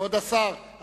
כבוד השר,